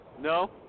No